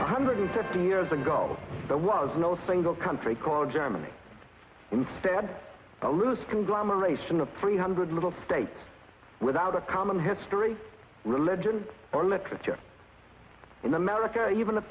began hundred fifty years ago there was no single country called germany instead a list conglomeration of three hundred little states without a common history religion or literature in america even at